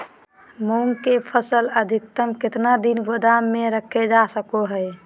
मूंग की फसल अधिकतम कितना दिन गोदाम में रखे जा सको हय?